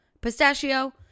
Pistachio